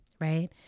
right